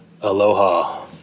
Aloha